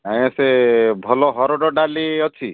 ଆଜ୍ଞା ସେ ଭଲ ହରଡ଼ ଡାଲି ଅଛି